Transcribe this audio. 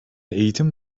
eğitim